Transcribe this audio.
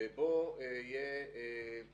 שבו יהיה גם